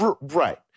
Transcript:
Right